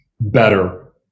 better